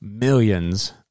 millions